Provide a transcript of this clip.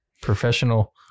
professional